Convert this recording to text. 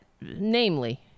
namely